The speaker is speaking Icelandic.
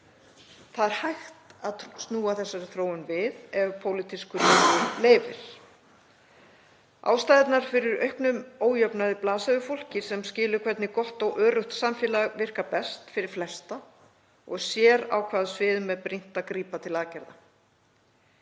Það er hægt að snúa þessari þróun við ef pólitískur vilji leyfir. Ástæðurnar fyrir auknum ójöfnuði blasa við fólki sem skilur hvernig gott og öruggt samfélag virkar best fyrir flesta og sér á hvaða sviðum er brýnt að grípa til aðgerða.